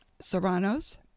serranos